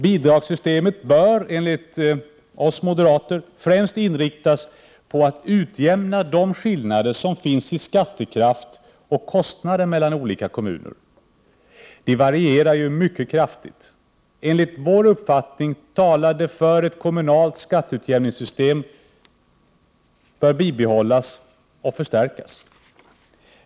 Bidragssystemet bör, enligt oss moderater, främst inriktas på att utjämna de skillnader som finns i skattekraft och kostnader mellan olika kommuner. Det varierar ju mycket kraftigt. Enligt vår uppfattning talar det för att ett kommunalt skatteutjämningssystem bör bibehållas och förstärkas.